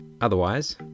otherwise